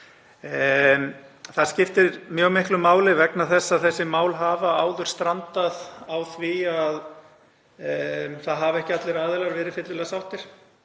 Það skiptir mjög miklu máli vegna þess að þessi mál hafa áður strandað á því að það hafa ekki allir aðilar verið fyllilega sáttir